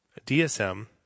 DSM